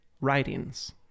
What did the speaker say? writings